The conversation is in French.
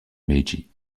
meiji